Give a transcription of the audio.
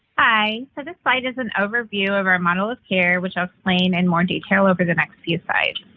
hi, so this slide is an overview of our model of care, which i'll explain in more detail over the next few slides.